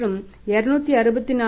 மற்றும் 264